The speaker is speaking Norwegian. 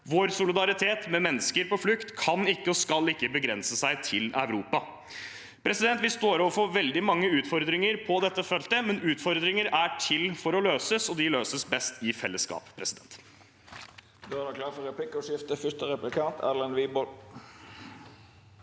Vår solidaritet med mennesker på flukt kan ikke og skal ikke begrense seg til Europa. Vi står overfor veldig mange utfordringer på dette feltet, men utfordringer er til for å løses, og de løses best i fellesskap. Presidenten Då er det klart for replikk- ordskifte. Erlend Wiborg